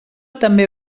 també